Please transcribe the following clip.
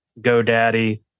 GoDaddy